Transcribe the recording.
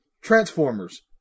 Transformers